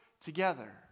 together